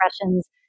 impressions